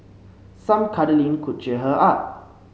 some cuddling could cheer her up